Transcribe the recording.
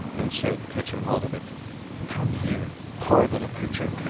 and said, catching hold of it come here, horrid little creature!